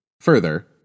Further